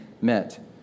met